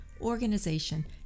organization